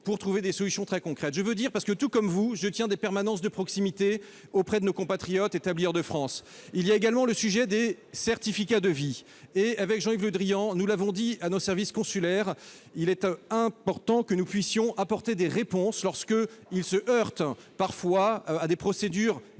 de trouver des solutions concrètes. Tout comme vous, je tiens des permanences de proximité auprès de nos compatriotes établis hors de France. Il y a également le sujet des certificats de vie. Avec Jean-Yves Le Drian, nous l'avons dit à nos services consulaires, il est important d'apporter des réponses lorsque nos compatriotes se heurtent à des procédures